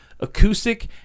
acoustic